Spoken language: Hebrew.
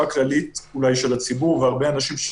הכללית אולי של הציבור והרבה אנשים,